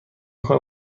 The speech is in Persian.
کنم